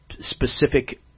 specific